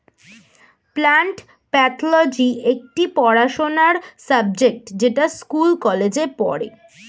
plant pathology একটি পড়াশোনার subject যেটা স্কুল কলেজে পড়ে